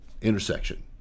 intersection